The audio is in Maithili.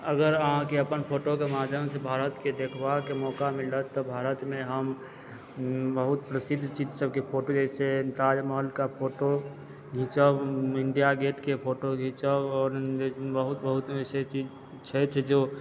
अगर अहाँके अपन फोटोके माध्यमसँ भारतके देखबाके मौका मिलत तऽ भारतमे हम बहुत प्रसिद्ध चीज सबके फोटो जे छै से ताजमहलके फोटो घिचब इंडिया गेटके फोटो घिचब आओर बहुत बहुत वैसे चीज छथि जो